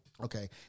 okay